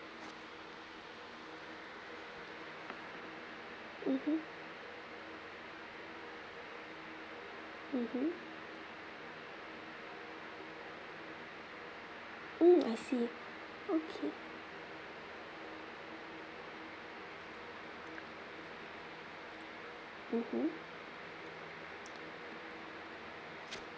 mmhmm mmhmm mm I see okay mmhmm